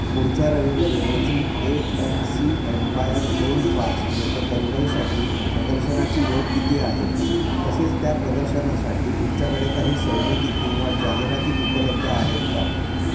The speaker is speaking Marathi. पुढच्या रविवारी रोजी ए एम सी एम्पायर दोन पाच येथे दंगलसाठी प्रदर्शनाची वेळ किती आहे तसेच त्या प्रदर्शनासाठी तुमच्याकडे काही सवलती किंवा जाहिराती उपलब्ध आहेत का